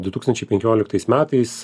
du tūkstančiai penkioliktais metais